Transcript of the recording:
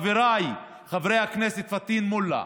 גם חבריי חבר הכנסת פטין מולא,